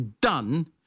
done